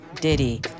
Diddy